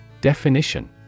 Definition